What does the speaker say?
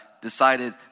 decided